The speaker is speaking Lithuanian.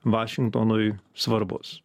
vašingtonui svarbus